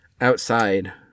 Outside